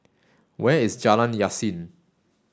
where is Jalan Yasin